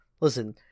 Listen